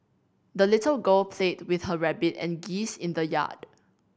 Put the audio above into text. the little girl played with her rabbit and geese in the yard